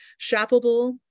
shoppable